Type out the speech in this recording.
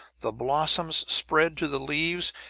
the blossoms spread to the leaves,